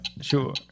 sure